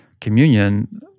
communion